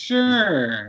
Sure